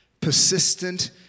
Persistent